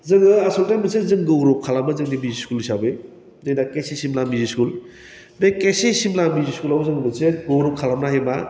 जोङो आसलथे मोनसे जों गौरब खालामो जोंनि बि स्कुल हिसाबै जोंना केसिसि नामनि स्कुल बे केसिसि नामनि स्कुलाव जों मोनसे गौरब खालामनाय मा